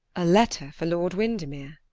a letter for lord windermere?